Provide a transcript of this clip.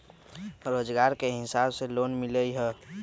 रोजगार के हिसाब से लोन मिलहई?